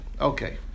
Okay